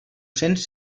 cents